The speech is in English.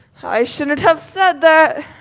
i shouldn't have said that, i